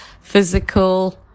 physical